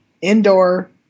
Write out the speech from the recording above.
indoor